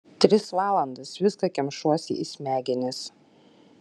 tris valandas viską kemšuosi į smegenis